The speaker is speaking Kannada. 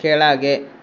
ಕೆಳಗೆ